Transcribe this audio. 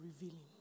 revealing